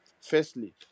Firstly